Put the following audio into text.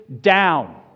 down